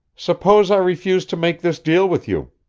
suppose i refuse to make this deal with you?